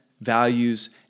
values